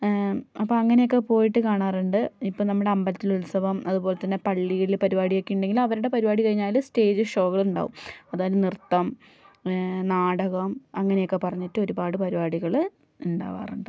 അപ്പോൾ അങ്ങനെയൊക്കെ പോയിട്ട് കാണാറുണ്ട് ഇപ്പോൾ നമ്മുടെ അമ്പലത്തില് ഉത്സവം അതുപോലെത്തന്നെ പള്ളിയില് പരുപാടിയൊക്കെ ഉണ്ടെങ്കിൽ അവരുടെ പരുപാടി കഴിഞ്ഞാൽ സ്റ്റേജ് ഷോകളുണ്ടാകും അതായത് നൃത്തം നാടകം അങ്ങനെയൊക്കെ പറഞ്ഞിട്ട് ഒരുപാട് പരുപാടികൾ ഉണ്ടാകാറുണ്ട്